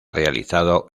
realizado